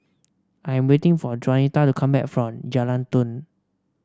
I am waiting for Jaunita to come back from Jalan Turi